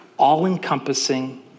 all-encompassing